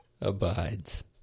abides